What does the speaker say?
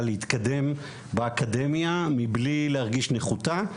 להתקדם באקדמיה מבלי להרגיש נחותה,